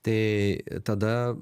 tai tada